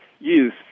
use